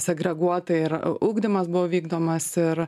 segreguotai ir ugdymas buvo vykdomas ir